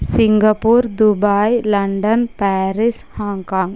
Singapore Dubai London Paris Hong Kong